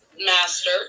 master